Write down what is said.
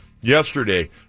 yesterday